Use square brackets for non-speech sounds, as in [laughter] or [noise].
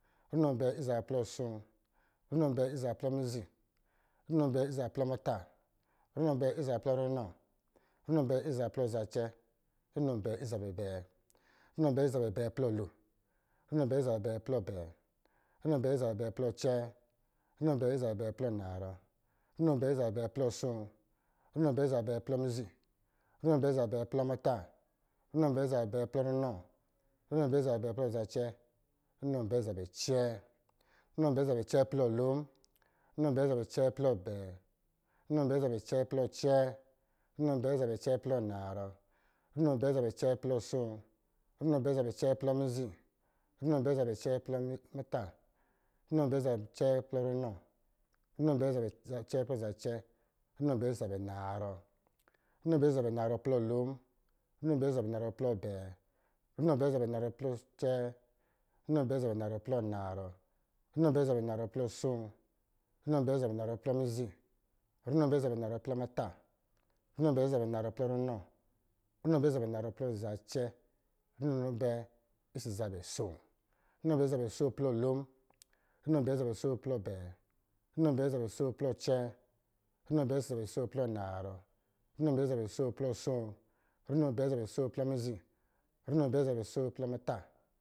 Runo abɛɛ ɔsɔ̄ zabɛ plɔ asoo, runo abɛɛ ɔsɔ̄ zabɛ plɔ mizi, runo abɛɛ ɔsɔ̄ zabɛ plɔ muta, runo abɛɛ ɔsɔ̄ zabɛ plɔ runɔ, runo abɛɛ ɔsɔ̄ zabɛ plɔ zacɛ, runo abɛɛ ɔsɔ̄ zabɛ abɛɛ, runo abɛɛ [unintelligible] ɔsɔ̄ zabɛ abɛɛ plɔ abɛɛ, runo abɛɛ ɔsɔ̄ zabɛ abɛɛ plɔ acɛɛ, runo abɛɛ ɔsɔ̄ zabɛ abɛɛ plɔ anarɔ, runo abɛɛ ɔsɔ̄ zabɛ abɛɛ plɔ ason, runo abɛɛ ɔsɔ̄ zabɛ abɛɛ plɔ mizi, runo abɛɛ ɔsɔ̄ zabɛ abɛɛ plɔ muta, runo abɛɛ ɔsɔ̄ zabɛ abɛɛ plɔ runɔ, runo abɛɛ ɔsɔ̄ zabɛ abɛɛ plɔ zacɛ, runo abɛɛ ɔsɔ̄ zabɛ acɛɛ, runo abɛɛ ɔsɔ̄ zabɛ acɛɛ plɔ lon, runo abɛɛ ɔsɔ̄ zabɛ acɛɛ plɔ abɛɛ, runo abɛɛ ɔsɔ̄ zabɛ acɛɛ plɔ acɛɛ, runo abɛɛ ɔsɔ̄ zabɛ acɛɛ plɔ anarɔ, runo abɛɛ ɔsɔ̄ zabɛ acɛɛ plɔ ason, runo abɛɛ ɔsɔ̄ zabɛ acɛɛ plɔ mizi, runo abɛɛ ɔsɔ̄ zabɛ acɛɛ plɔ muta, runo abɛɛ ɔsɔ̄ zabɛ acɛɛ plɔ runɔ, runo abɛɛ ɔsɔ̄ zabɛ acɛɛ plɔ zacɛ, runo abɛɛ ɔsɔ̄ zabɛ anarɔ, runo abɛɛ ɔsɔ̄ zabɛ anarɔ plɔ lon, runo abɛɛ ɔsɔ̄ zabɛ anarɔ plɔ abɛɛ, runo abɛɛ ɔsɔ̄ zabɛ anarɔ plɔ acɛɛ, runo abɛɛ ɔsɔ̄ zabɛ anarɔ plɔ anarɔ, runo abɛɛ ɔsɔ̄ zabɛ anarɔ plɔ asoo, runo abɛɛ ɔsɔ̄ zabɛ anarɔ plɔ mizi, runo abɛɛ ɔsɔ̄ zabɛ anarɔ plɔ muta, runo abɛɛ ɔsɔ̄ zabɛ anarɔ plɔ runɔ, runo abɛɛ ɔsɔ̄ zabɛ anarɔ plɔ zacɛ, runo abɛɛ ɔsɔ̄ zabɛ asoo, runo abɛɛ ɔsɔ̄ zabɛ asoo plɔ lo, runo abɛɛ ɔsɔ̄ zabɛ asoo plɔ abɛɛ, runo abɛɛ ɔsɔ̄ zabɛ asoo plɔ acɛɛ, runo abɛɛ ɔsɔ̄ zabɛ asoo plɔ anarɔ, runo abɛɛ ɔsɔ̄ zabɛ asoo plɔ asoo, runo abɛɛ ɔsɔ̄ zabɛ asoo plɔ mizi, runo abɛɛ ɔsɔ̄ zabɛ asoo plɔ muta